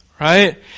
Right